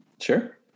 Sure